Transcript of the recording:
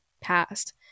passed